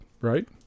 right